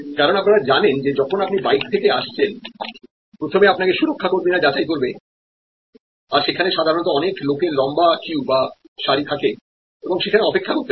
কারণ আপনারা জানেন যে যখন আপনি বাইরে থেকে আসছেন প্রথমে আপনাকে সুরক্ষা কর্মীরা যাচাই করবে আর সেখানে সাধারনত অনেক লোকের লম্বা কিউ থাকে এবং সেখানে অপেক্ষা করতে হয়